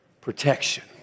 protection